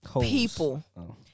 people